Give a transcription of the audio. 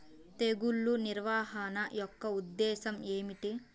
తెగులు నిర్వహణ యొక్క ఉద్దేశం ఏమిటి?